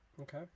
Okay